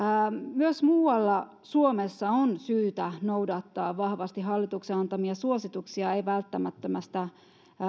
myös muualla suomessa on syytä noudattaa vahvasti hallituksen antamia suosituksia ei välttämättömästä